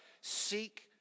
seek